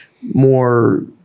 more –